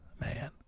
man